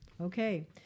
Okay